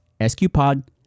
sqpod